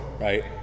right